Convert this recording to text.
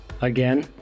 again